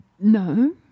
No